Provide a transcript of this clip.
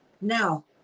Now